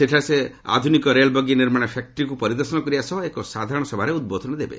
ସେଠାରେ ସେ ଆଧୁନିକ ରେଳବଗି ନିର୍ମାଣ ଫ୍ୟାକ୍ରିକୁ ପରିଦର୍ଶନ କରିବା ସହ ଏକ ସାଧାରଣ ସଭାରେ ଉଦ୍ବୋଧନ ଦେବେ